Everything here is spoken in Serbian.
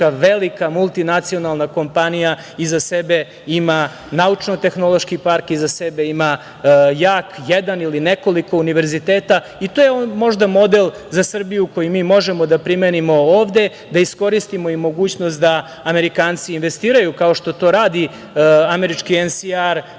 velika multinacionalna kompanija iza sebe ima naučno-tehnološki park, iza sebe ima jak jedan ili nekoliko univerziteta. To je možda model za Srbiju koji mi možemo da primenimo ovde, da iskoristimo i mogućnost da Amerikanci investiraju, kao što to radi američki